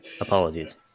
Apologies